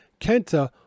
kenta